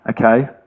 okay